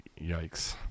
Yikes